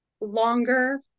longer